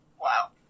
wow